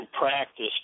practice